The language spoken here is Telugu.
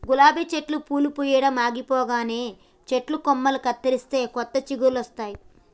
గులాబీ చెట్టు పూలు పూయడం ఆగిపోగానే చెట్టు కొమ్మలు కత్తిరిస్తే కొత్త చిగురులొస్తాయి